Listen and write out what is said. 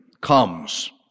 comes